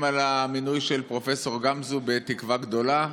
על המינוי של פרופ' גמזו בתקווה גדולה,